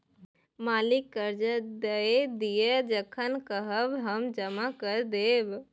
मालिक करजा दए दिअ जखन कहब हम जमा कए देब